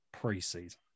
preseason